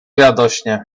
radośnie